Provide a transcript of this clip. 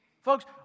Folks